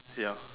ya